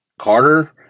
Carter